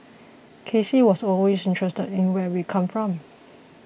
K C was always interested in where we come from